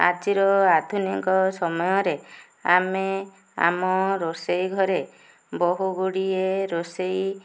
ଆଜିର ଆଧୁନିକ ସମୟରେ ଆମେ ଆମ ରୋଷେଇ ଘରେ ବହୁଗୁଡ଼ିଏ ରୋଷେଇ